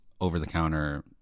over-the-counter